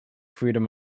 freedom